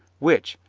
which,